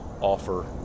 offer